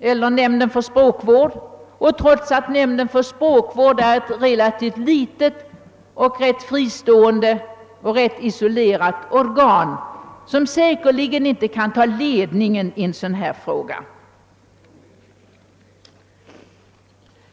eller av Nämnden för svensk språkvård. Deras nämnd är ett relativt litet, fristående och rätt isolerat organ, som säkerligen inte kan ta ledningen i denna fråga.